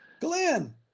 Glenn